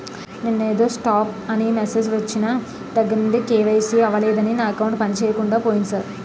నిన్నేదో స్టాప్ అని మెసేజ్ ఒచ్చిన దగ్గరనుండి కే.వై.సి అవలేదని నా అకౌంట్ పనిచేయకుండా పోయింది సార్